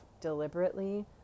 deliberately